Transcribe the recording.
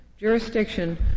jurisdiction